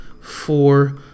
four